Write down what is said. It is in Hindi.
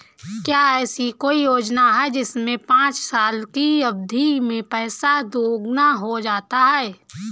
क्या ऐसी कोई योजना है जिसमें पाँच साल की अवधि में पैसा दोगुना हो जाता है?